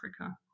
Africa